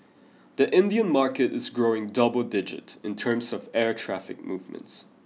the Indian market is growing double digit in terms of air traffic movements